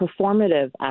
performative